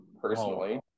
personally